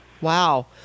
Wow